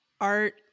art